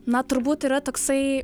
na turbūt yra toksai